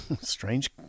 Strange